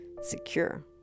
secure